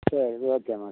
சரி ஓகேம்மா